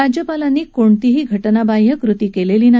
राज्यपालांनी कोणतीही घटनाबाह्य कृती केलेली नाही